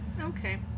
okay